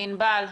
ענבל,